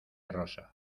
rosa